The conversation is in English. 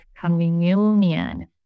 communion